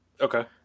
Okay